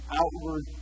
outward